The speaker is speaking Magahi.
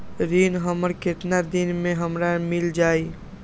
ऋण हमर केतना दिन मे हमरा मील जाई?